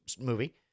movie